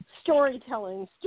storytelling